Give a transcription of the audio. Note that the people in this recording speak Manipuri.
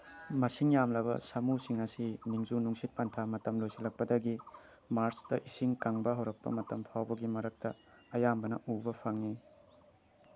ꯃꯁꯤꯡ ꯌꯥꯝꯂꯕ ꯁꯥꯃꯨꯁꯤꯡ ꯑꯁꯤ ꯅꯣꯡꯖꯨ ꯅꯨꯡꯁꯤꯠ ꯄꯟꯊꯥ ꯃꯇꯝ ꯂꯣꯏꯁꯤꯜꯂꯛꯄꯗꯒꯤ ꯃꯥꯔꯁꯇ ꯏꯁꯤꯡ ꯀꯪꯕ ꯍꯧꯔꯛꯄ ꯃꯇꯝ ꯐꯥꯎꯕꯒꯤ ꯃꯔꯝꯇ ꯑꯌꯥꯝꯕꯅ ꯎꯕ ꯐꯪꯉꯤ